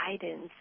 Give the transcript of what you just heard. guidance